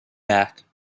back